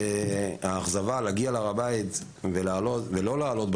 האכזבה להגיע לשם ולא לעלות,